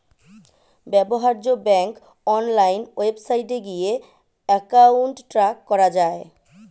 ব্যবহার্য bank online ওয়েবসাইটে গিয়ে অ্যাকাউন্ট ট্র্যাক করা যায়